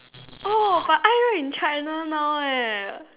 oh but Ai-Re in China now eh